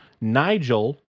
Nigel